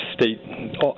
State